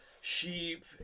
sheep